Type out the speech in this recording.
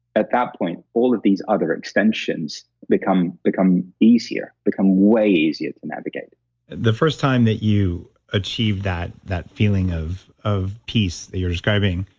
at that point, all of these other extensions become become easier, become way easier to navigate the first time that you achieved that that feeling of of peace that you're describing,